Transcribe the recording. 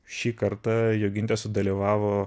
šį kartą jogintė sudalyvavo